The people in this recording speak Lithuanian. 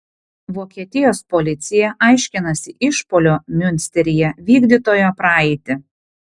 vokietijos policija aiškinasi išpuolio miunsteryje vykdytojo praeitį